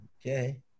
Okay